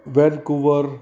Vancouver